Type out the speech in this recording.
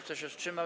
Kto się wstrzymał?